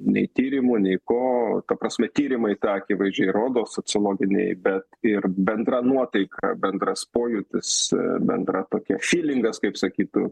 nei tyrimų nei ko ta prasme tyrimai tą akivaizdžiai rodo sociologiniai bet ir bendra nuotaika bendras pojūtis bendra tokia šilingas kaip sakytų